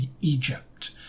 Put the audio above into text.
Egypt